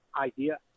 idea